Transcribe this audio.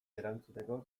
erantzuteko